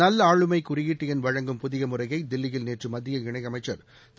நல்ஆளுமை குறியீட்டு எண் வழங்கும் புதிய முறையை தில்லியில் நேற்று மத்திய இணையமைச்சர் திரு